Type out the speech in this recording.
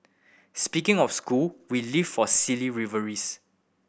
speaking of school we live for silly rivalries